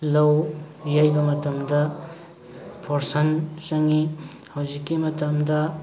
ꯂꯧ ꯌꯩꯕ ꯃꯇꯝꯗ ꯐꯣꯔꯁꯟ ꯆꯪꯉꯤ ꯍꯧꯖꯤꯛꯀꯤ ꯃꯇꯝꯗ